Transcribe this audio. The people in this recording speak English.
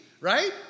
Right